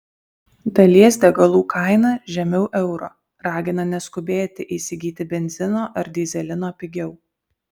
dalies degalų kaina žemiau euro ragina neskubėti įsigyti benzino ar dyzelino pigiau